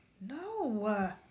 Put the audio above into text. No